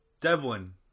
Devlin